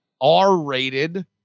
R-rated